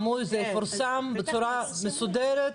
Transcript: זה יפורסם בצורה מסודרת?